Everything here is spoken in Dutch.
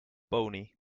pony